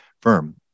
Firm